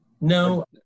No